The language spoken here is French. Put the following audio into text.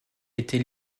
était